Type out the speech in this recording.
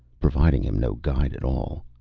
providing him no guide at all.